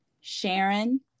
Sharon